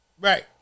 Right